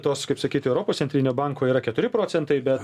tos kaip sakyti europos centrinio banko yra keturi procentai bet